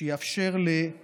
שיאפשר, כן,